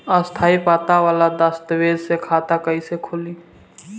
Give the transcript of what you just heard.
स्थायी पता वाला दस्तावेज़ से खाता कैसे खुली?